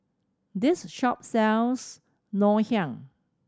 this shop sells Ngoh Hiang